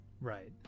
Right